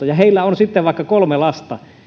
ja jolla on vaikka kolme lasta